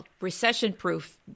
recession-proof